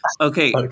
Okay